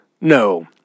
No